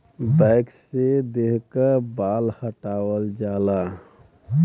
wax से देह क बाल हटावल जाला